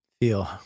feel